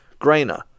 Grainer